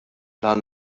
għan